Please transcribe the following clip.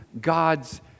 God's